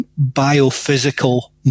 biophysical